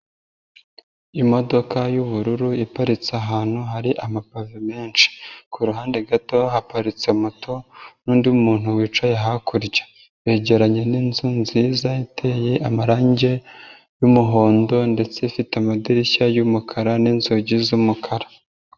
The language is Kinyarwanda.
Imodoka y'ubururu iparitse ahantu hari amapave menshi, ku ruhande gato haparitse moto n'undi muntu wicaye hakurya, yegeranye n'inzu nziza iteye amarangi y'umuhondo ndetse ifite amadirishya y'umukara n'inzugi z'umukara.